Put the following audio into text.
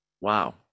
Wow